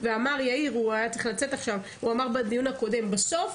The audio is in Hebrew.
ואמר יאיר הוא היה צריך לצאת עכשיו הוא אמר בדיון הקודם: בסוף,